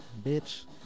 Bitch